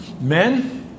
men